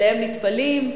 אליהם נטפלים,